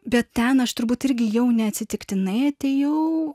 bet ten aš turbūt irgi jau neatsitiktinai atėjau